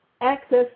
access